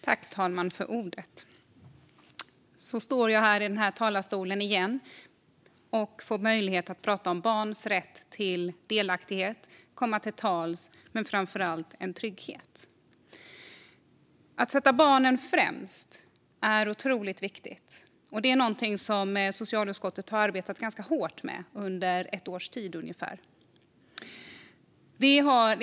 Fru talman! Så står jag här i talarstolen igen och får möjlighet att tala om barns rätt till delaktighet, att få komma till tals och framför allt att få en trygghet! Att sätta barnen främst är otroligt viktigt. Det är något som socialutskottet har arbetat ganska hårt med under ungefär ett års tid.